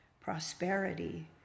prosperity